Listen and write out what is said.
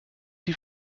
die